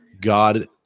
God